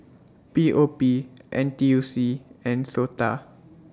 P O P N T U C and Sota